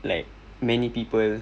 like many people